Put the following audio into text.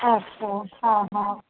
अच्छा हा हा